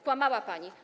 Kłamała pani.